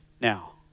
Now